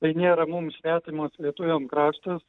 tai nėra mums svetimas lietuviam kraštas